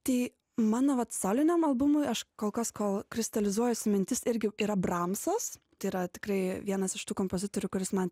tai mano vat soliniam albumui aš kol kas kol kristalizuojasi mintys irgi yra bramsas tai yra tikrai vienas iš tų kompozitorių kuris man